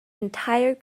entire